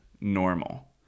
normal